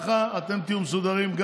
כך אתם תהיו מסודרים,